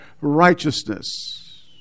righteousness